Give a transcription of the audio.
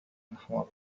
نحو